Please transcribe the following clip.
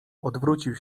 odwrócił